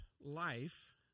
life